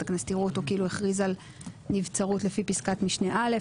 הכנסת יראו אותו כאילו הכריז על נבצרות לפי פסקת משנה (א).